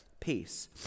Peace